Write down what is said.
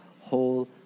whole